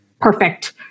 perfect